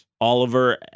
Oliver